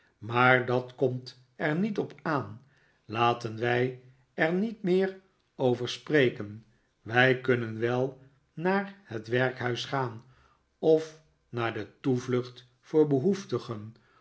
maar dat komt er niet op aan laten wij er niet meer over spreken wij kunnen wel naar het werkhuis gaan of naar de toevlucht voor behoeftigen